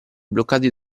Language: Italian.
bloccati